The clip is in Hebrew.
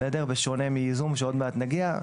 בשונה מייזום, שעוד מעט נגיע אליו,